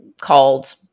called